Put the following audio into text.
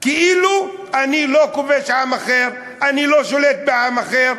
כאילו אני לא כובש עם אחר, אני לא שולט בעם אחר,